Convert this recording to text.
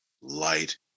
Light